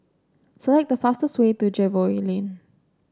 select the fastest way to Jervois Lane